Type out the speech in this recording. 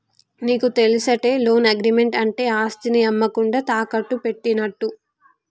నీకు తెలుసటే, loan agreement అంటే ఆస్తిని అమ్మకుండా తాకట్టు పెట్టినట్టు